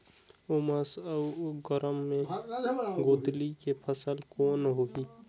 उमस अउ गरम मे गोंदली के फसल कौन होही?